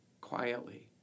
quietly